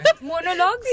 Monologues